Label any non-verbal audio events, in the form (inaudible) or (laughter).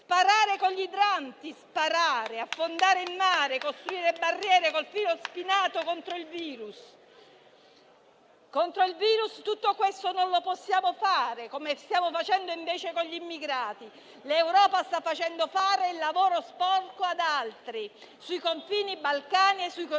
sparare con gli idranti, affondare in mare o costruire barriere col filo spinato contro il virus. Contro il virus tutto questo non lo possiamo fare, come stiamo facendo invece con gli immigrati. (applause) L'Europa sta facendo fare il lavoro sporco ad altri sui confini balcanici e sui confini